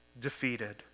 defeated